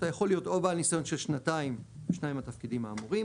אתה יכול להיות או בעל ניסיון של שנתיים בשניים מהתפקידים האמורים,